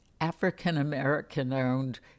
African-American-owned